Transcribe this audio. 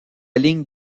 ligne